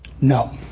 No